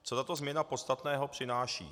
Co tato změna podstatného přináší?